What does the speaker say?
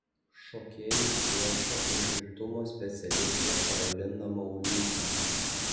šokėjus ruošė užimtumo specialistė karolina mauliūtė